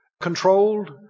controlled